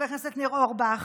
חבר הכנסת ניר אורבך.